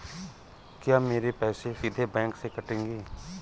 क्या मेरे पैसे सीधे बैंक से कटेंगे?